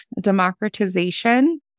democratization